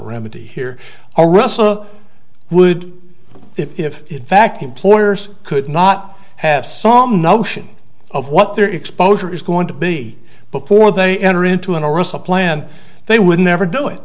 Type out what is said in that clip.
remedy here or rest of would if in fact employers could not have some notion of what their exposure is going to be before they enter into in orissa plan they would never do it